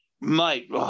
Mate